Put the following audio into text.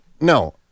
No